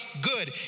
Good